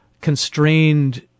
constrained